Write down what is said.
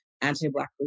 anti-Black